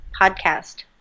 podcast